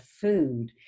food